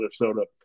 minnesota